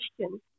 question